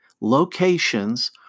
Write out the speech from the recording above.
locations